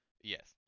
Yes